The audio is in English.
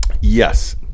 yes